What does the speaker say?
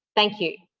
thank you.